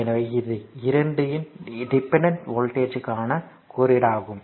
எனவே இந்த 2 independent voltage சோர்ஸ்களுக்கான குறியீடாகும்